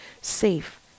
safe